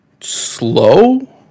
slow